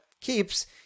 keeps